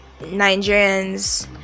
Nigerians